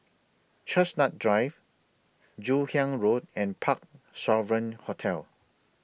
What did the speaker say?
Chestnut Drive Joon Hiang Road and Parc Sovereign Hotel